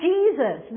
Jesus